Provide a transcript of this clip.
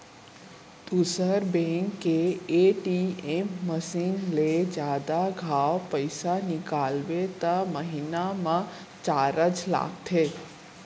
दूसर बेंक के ATM machine ले जादा घांव पइसा निकालबे त महिना म चारज लगथे